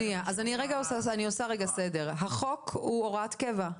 --- אני עושה רגע סדר: החוק הוא הוראת קבע.